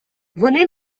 вони